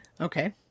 Okay